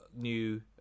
new